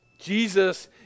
Jesus